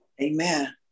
Amen